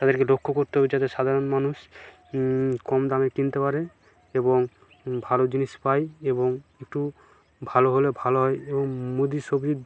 তাদেরকে লক্ষ্য করতে হয়েছে যাতে সাধারণ মানুষ কম দামে কিনতে পারে এবং ভালো জিনিস পায় এবং একটু ভালো হলে ভালো হয় এবং মুভি সুভি